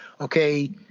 Okay